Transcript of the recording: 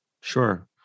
sure